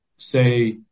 say